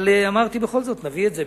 אבל אמרתי: בכל זאת נביא את זה,